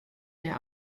der